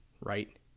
right